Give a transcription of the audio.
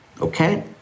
Okay